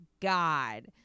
God